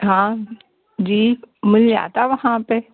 हाँ जी मिल जाता है वहाँ पे